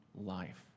life